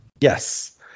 Yes